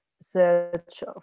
search